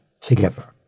together